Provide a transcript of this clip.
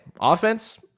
offense